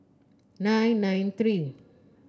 nine nine three